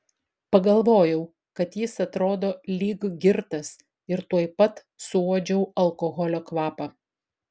pagalvojau kad jis atrodo lyg girtas ir tuoj pat suuodžiau alkoholio kvapą